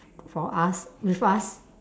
for us with us